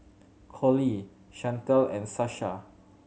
Collie Shantel and Sasha